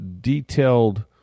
detailed